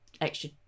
extra